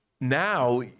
now